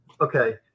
Okay